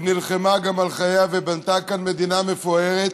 ונלחמה גם על חייה ובנתה כאן מדינה מפוארת,